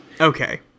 Okay